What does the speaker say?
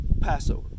Passover